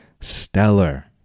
stellar